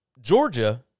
Georgia